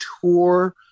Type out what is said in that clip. tour